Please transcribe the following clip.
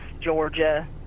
Georgia